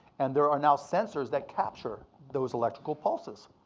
and there are now sensors that capture those electrical pulses.